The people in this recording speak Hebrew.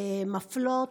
מפלות.